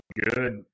good